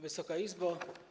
Wysoka Izbo!